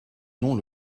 non